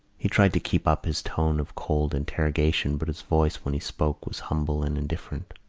he tried to keep up his tone of cold interrogation, but his voice when he spoke was humble and indifferent.